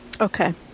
Okay